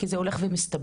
כי זה הולך ומסתבך.